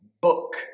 book